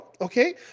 okay